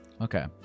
Okay